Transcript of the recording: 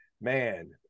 man